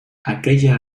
aquella